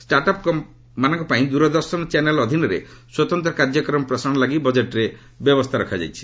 start ଅପ୍ମାନଙ୍କ ପାଇଁ Doordarshan channel ଅଧୀନରେ ସ୍ୱତନ୍ତ୍ର କାର୍ଯ୍ୟକ୍ରମ ପ୍ରସାରଣ ଲାଗି ବଜେଟ୍ରେ ବ୍ୟବସ୍ଥା ରଖାଯାଇଛି